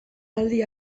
aldi